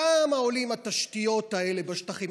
כמה עולות התשתיות האלה בשטחים?